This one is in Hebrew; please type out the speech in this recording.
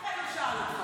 לא שאל אותך.